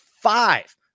five